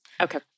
Okay